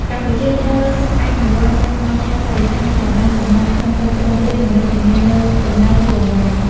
កម្ពុជាត្រូវអនុវត្តតាមបទដ្ឋានបរិស្ថានដែលបានកំណត់ក្នុងកិច្ចព្រមព្រៀង ដើម្បីធានានូវកំណើនយូរអង្វែង។